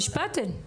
השפעתן.